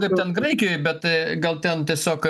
kaip ten graikijoj bet gal ten tiesiog